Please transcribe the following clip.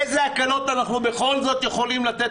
איזה הקלות אנחנו בכל זאת יכולים לתת